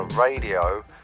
radio